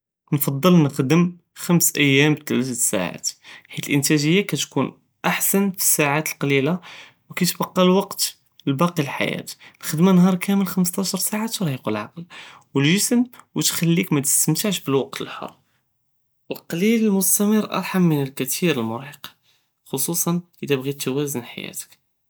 נקטר נחרם חמס יום בתלת ד אלשעות חית אלאינטאגיה קטכון אחסן פאסעות אלקליולה ו קיתבקה אלקות לבאקי אלחייאה, אלח'דמה נהאר כמל חמסעשר שעה תרחק אלעקל ואלג'סמ ותחליק מא תסתמתע בש אלקות אלחר, אלקליול אלמסתמר ארחם מן אלקטיר אלמרחק, חוסוסן אידא בגית תואזון חייאתכ.